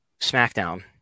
SmackDown